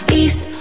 east